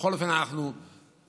בכל אופן אנחנו מדינה,